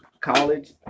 college